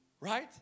Right